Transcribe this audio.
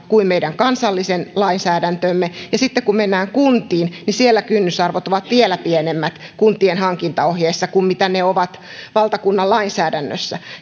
kuin meidän kansallinen lainsäädäntömme ja sitten kun mennään kuntiin niin siellä kynnysarvot ovat vielä pienemmät kuntien hankintaohjeessa kuin mitä ne ovat valtakunnan lainsäädännössä